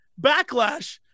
Backlash